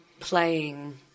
playing